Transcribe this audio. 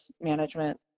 management